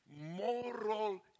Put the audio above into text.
moral